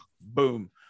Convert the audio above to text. boom